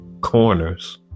corners